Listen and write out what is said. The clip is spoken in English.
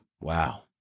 Wow